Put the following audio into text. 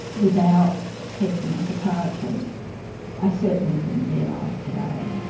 without care from a psychiatrist i certainly wouldn't be alive today.